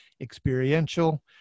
experiential